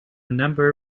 number